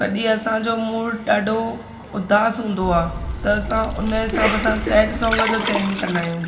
कॾी असांजो मूड ॾाढो उदास हूंदो आहे त असां उन हिसाब सां सैड सॉन्ग जो चयनि कंदा आहियूं